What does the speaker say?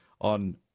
on